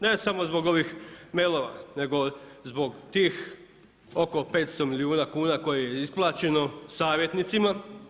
Ne samo zbog ovih mail-ova nego zbog tih oko 500 milijuna kuna koje je isplaćeno savjetnicima.